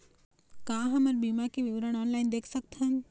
का हमर बीमा के विवरण ऑनलाइन देख सकथन?